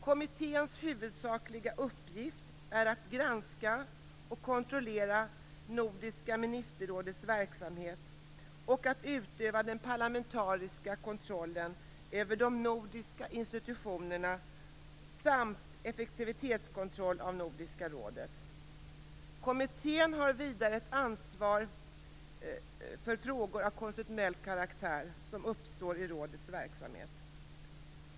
Kommitténs huvudsakliga uppgift är att granska och kontrollera Nordiska ministerrådets verksamhet och att utöva den parlamentariska kontrollen över de nordiska institutionerna samt effektivitetskontroll av Nordiska rådet. Kommittén har vidare ett ansvar när frågor av konstitutionell karaktär uppstår i rådets verksamhet.